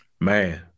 Man